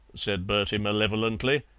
said bertie malevolently,